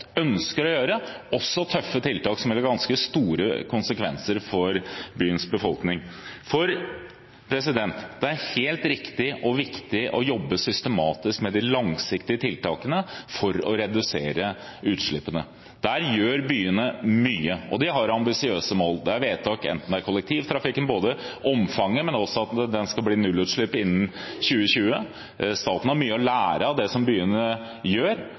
å gjøre, også tøffe tiltak som ville fått ganske store konsekvenser for byens befolkning. Det er helt riktig og viktig å jobbe systematisk med de langsiktige tiltakene for å redusere utslippene. Her gjør byene mye, og de har ambisiøse mål. Det er fattet vedtak om kollektivtrafikken når det gjelder omfanget, men også at den skal ha nullutslipp innen 2020. Staten har mye å lære av det som byene gjør,